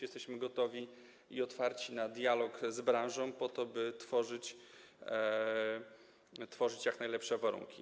Jesteśmy gotowi i otwarci na dialog z branżą po to, by tworzyć jak najlepsze warunki.